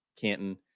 canton